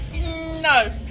No